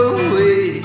away